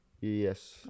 Yes